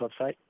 website